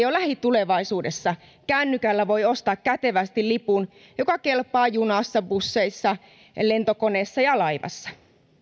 jo lähitulevaisuudessa kännykällä voi ostaa kätevästi lipun joka kelpaa junassa busseissa lentokoneessa ja laivassa